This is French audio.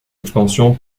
expansion